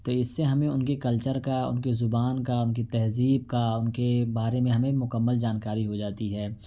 تو اس سے ہمیں ان کے کلچر کا ان کی زبان کا ان کی تہذیب کا اور ان کے بارے میں ہمیں مکمل جانکاری ہو جاتی ہے